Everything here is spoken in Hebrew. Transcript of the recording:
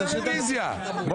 הרוויזיה.